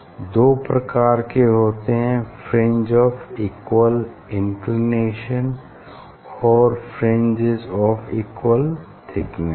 ये दो प्रकार के होते हैं फ्रिंज ऑफ़ इक्वल इंक्लिनेशन और फ्रिंजेस ऑफ़ इक्वल थिकनेस